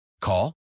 Call